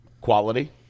quality